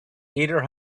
either